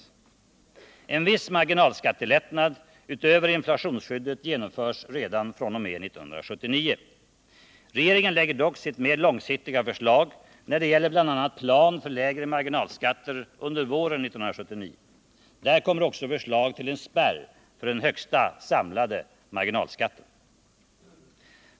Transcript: En viss marginalskattelättnad, utöver inflationsskyddet, genomförs redan fr.o.m. 1979. Regeringen lägger dock sitt mer långsiktiga förslag när det gäller bl.a. plan för lägre marginalskatter under våren 1979. Där kommer också förslag till en spärr för den högsta samlade marginalskatten.